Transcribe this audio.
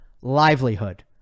livelihood